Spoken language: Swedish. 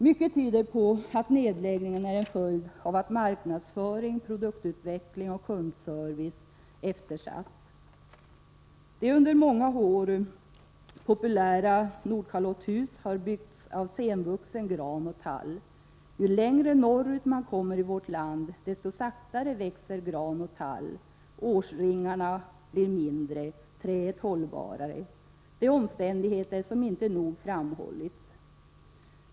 Mycket tyder på att nedläggningen är en följd av att marknadsföring, produktutveckling och kundservice eftersatts. De sedan många år populära Nordkalotthusen har byggts av senvuxen gran och tall. Ju längre norrut man kommer i vårt land, desto saktare växer gran och tall. Årsringarna blir mindre och träet hållbarare. Det är omständigheter som inte nog har framhållits.